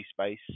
space